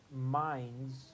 minds